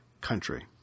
country